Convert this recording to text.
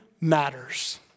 matters